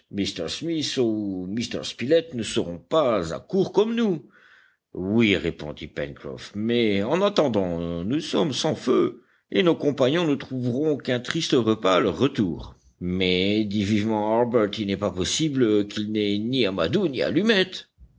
spilett ne seront pas à court comme nous oui répondit pencroff mais en attendant nous sommes sans feu et nos compagnons ne trouveront qu'un triste repas à leur retour mais dit vivement harbert il n'est pas possible qu'ils n'aient ni amadou ni allumettes